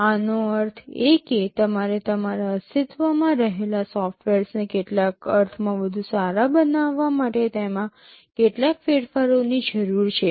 આનો અર્થ એ કે તમારે તમારા અસ્તિત્વમાં રહેલા સોફ્ટવેરને કેટલાક અર્થમાં વધુ સારા બનાવવા માટે તેમાં કેટલાક ફેરફારોની જરૂર છે